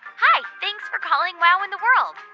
hi. thanks for calling wow in the world.